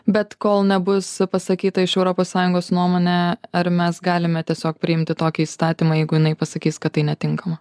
bet kol nebus pasakyta iš europos sąjungos nuomonė ar mes galime tiesiog priimti tokį įstatymą jeigu jinai pasakys kad tai netinkama